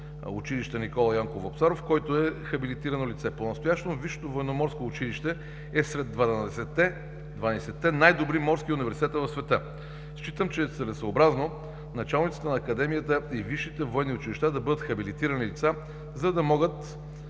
училище „Никола Йонков Вапцаров“, който е хабилитирано лице. Понастоящем Висшето военноморско училище е сред 12-те най-добри морски университета в света. Считам, че е целесъобразно началниците на Академията и висшите военни училища да бъдат хабилитирани лица, за да могат